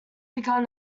begun